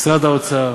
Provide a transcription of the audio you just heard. משרד האוצר